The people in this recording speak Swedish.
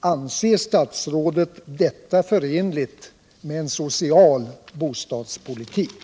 Anser statsrådet detta förenligt med en social bostadspolitik?